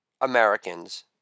Americans